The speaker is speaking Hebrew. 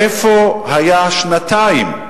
איפה היה שנתיים.